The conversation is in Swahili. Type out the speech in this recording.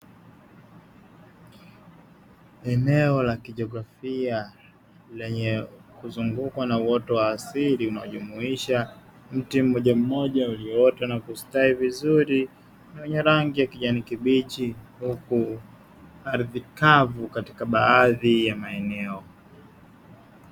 Eneo la kijiografia lenye kuzungukwa na uoto wa asili unaojumuisha mti mmoja mmoja uliyoota na kustawi vizuri na wenye rangi ya kijani kibichi, huku ardhi kavu katika baadhi ya maeneo.